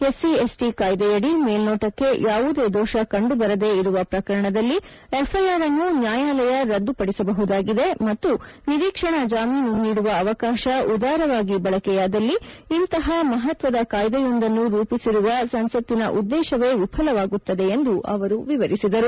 SC SC ಕಾಯ್ದೆಯಡಿ ಮೇಲ್ನೋಟಕ್ಕೆ ಯಾವುದೇ ದೋಷ ಕಂಡು ಬರದೇ ಇರುವ ಪ್ರಕರಣದಲ್ಲಿ ಎಫ್ಐಆರ್ಅನ್ನು ನ್ನಾಯಾಲಯ ರದ್ಗುಪಡಿಸಬಹುದಾಗಿದೆ ಮತ್ತು ನಿರೀಕ್ಷಣಾ ಜಾಮೀನು ನೀಡುವ ಅವಕಾಶ ಉದಾರವಾಗಿ ಬಳಕೆಯಾದಲ್ಲಿ ಇಂತಹ ಮಹತ್ವದ ಕಾಯ್ದೆಯೊಂದನ್ನು ರೂಪಿಸಿರುವ ಸಂಸತ್ತಿನ ಉದ್ದೇಶವೇ ವಿಫಲವಾಗುತ್ತದೆ ಎಂದು ಅವರು ವಿವರಿಸಿದರು